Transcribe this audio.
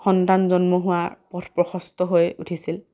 সন্তান জন্ম হোৱাৰ পথ প্ৰশস্ত হৈ উঠিছিল